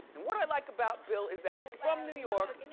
and what i like about bill is that he's from new york,